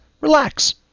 relax